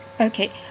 okay